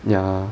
ya